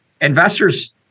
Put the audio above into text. investors